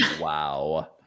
Wow